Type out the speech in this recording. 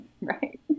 right